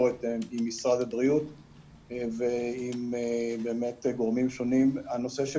ולנסות לחקור את כל הדברים בעצמנו כאשר אגף המודיעין לא מוסר את